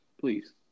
please